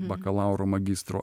bakalauro magistro